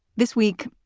this week,